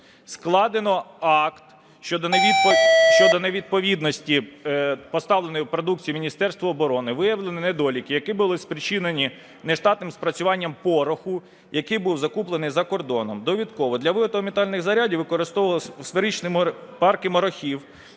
Складено акт щодо невідповідності поставленої продукції Міністерству оборони. Виявлено недоліки, які були спричинені нештатним спрацюванням пороху, який був закуплений за кордоном. Довідково: для виготовлення метальних зарядів використовувались сферичні марки порохів,